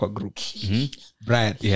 Brian